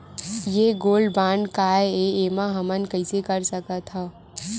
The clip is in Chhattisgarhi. ये गोल्ड बांड काय ए एमा हमन कइसे कर सकत हव?